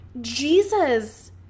Jesus